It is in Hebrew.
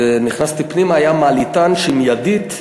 נכנסתי פנימה והיה מעליתן, עם ידית.